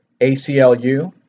ACLU